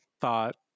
thought